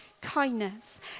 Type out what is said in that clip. kindness